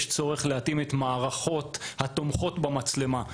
יש צורך להתאים את המערכות התומכות במצלמה,